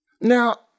Now